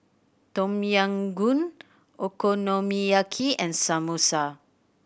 Tom Yam Goong Okonomiyaki and Samosa